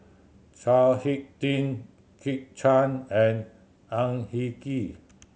Chao Hick Tin Kit Chan and Ang Hin Kee